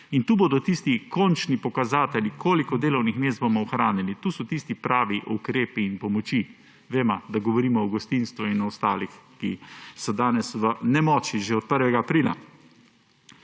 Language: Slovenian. In tu bodo tisti končni pokazatelji, koliko delovnih mest bomo ohranili, tu so tisti pravi ukrepi in pomoči. Vemo, da govorimo o gostinstvu in o ostalih, ki so danes v nemoči že od 1. aprila.